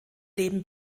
leben